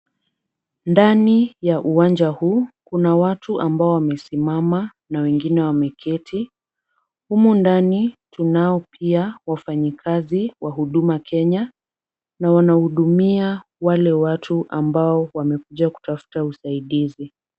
Ndani ya uwanja huu kuna watu ambao wamesimama na wengine wameketi. Humu nani tunao pia wafanyikazi wa huduma kenya na wanahudumia wale watu ambao wamekuja kutafuta usaidizi.